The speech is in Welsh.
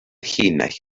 llinell